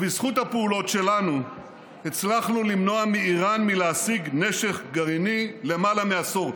ובזכות הפעילות שלנו הצלחנו למנוע מאיראן להשיג נשק גרעיני למעלה מעשור.